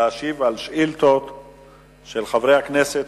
להשיב על שאילתות של חברי הכנסת.